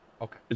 Okay